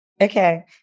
Okay